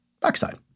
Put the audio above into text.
backside